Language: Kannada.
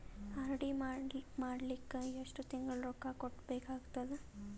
ಆರ್.ಡಿ ಮಾಡಲಿಕ್ಕ ಎಷ್ಟು ತಿಂಗಳ ರೊಕ್ಕ ಕಟ್ಟಬೇಕಾಗತದ?